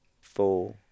four